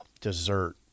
dessert